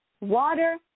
water